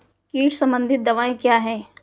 कीट संबंधित दवाएँ क्या हैं?